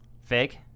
Fake